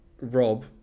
Rob